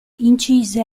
incise